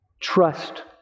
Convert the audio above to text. Trust